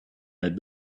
had